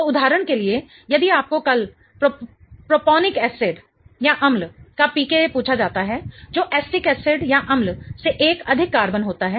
तो उदाहरण के लिए यदि आपको कल प्रोपोनिक एसिडअम्ल का pKa पूछा जाता है जो एसिटिकएसिडअम्ल से एक अधिक कार्बन होता है